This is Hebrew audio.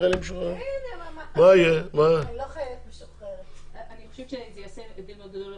אני חושבת שזה יעשה הבדל מאוד גדול,